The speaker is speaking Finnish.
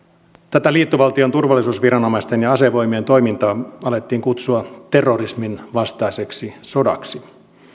tätä liittovaltion turvallisuusviranomaisten ja asevoimien toimintaa alettiin kutsua terrorismin vastaiseksi sodaksi